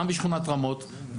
גם בשכונת רמות,